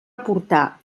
aportar